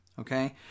Okay